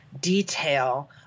detail